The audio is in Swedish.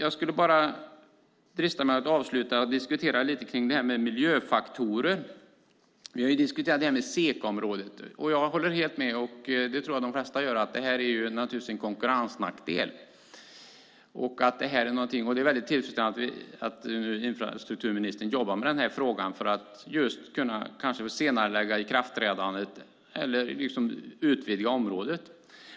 Avslutningsvis ska jag säga något om miljöfaktorerna, och vi har diskuterat SECA-området. Jag, och säkert de flesta, håller med om att detta är en konkurrensnackdel. Det är därför tillfredsställande att infrastrukturministern jobbar med denna fråga för att kanske kunna senarelägga ikraftträdandet eller utvidga området.